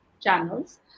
channels